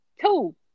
Two